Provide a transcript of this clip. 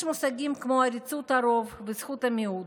יש מושגים כמו עריצות הרוב וזכות המיעוט.